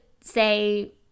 say